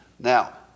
Now